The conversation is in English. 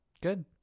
Good